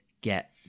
get